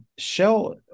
Shell